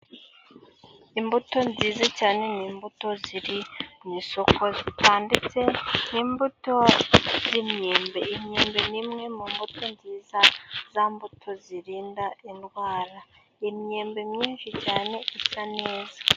Imbuto nziza cyane, ni imbuto ziri mu isoko zitanditse, ni imbuto z' imyembe, imyembe ni imwe mu mbuto nziza, za mbuto zirinda indwara, imyembe myinshi cyane isa neza.